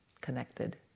connected